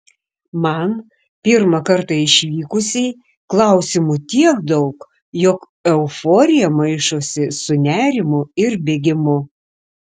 man pirmą kartą išvykusiai klausimų tiek daug jog euforija maišosi su nerimu ir bėgimu